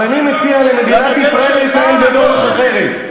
אבל אני מציע למדינת ישראל להתנהל בדרך אחרת.